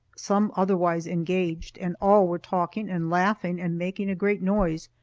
some otherwise engaged, and all were talking and laughing and making a great noise.